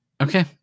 Okay